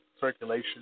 circulation